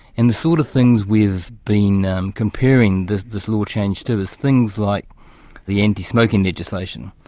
and the sort of things we've been um comparing this this law change to, is things like the anti-smoking legislation,